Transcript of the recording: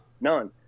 None